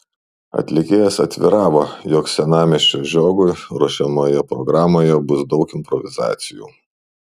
atlikėjas atviravo jog senamiesčio žiogui ruošiamoje programoje bus daug improvizacijų